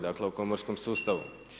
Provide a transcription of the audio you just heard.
Dakle, o komorskom s ustavu.